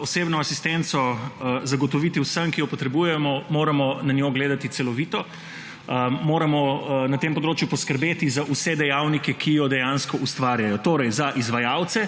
osebno asistenco zagotoviti vsem, ki jo potrebujejo, moramo na njo gledati celovito in moramo na tem področju poskrbeti za vse dejavnike, ki jo dejansko ustvarjajo. Torej za izvajalce,